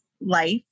life